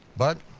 but,